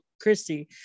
Christy